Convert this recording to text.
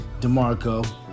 DeMarco